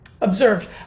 observed